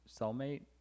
cellmate